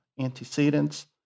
antecedents